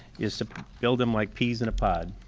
is to build them like peas in a pod,